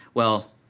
well,